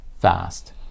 fast